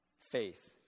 faith